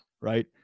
right